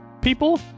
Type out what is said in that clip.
people